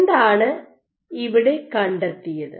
എന്താണ് ഇവിടെ കണ്ടെത്തിയത്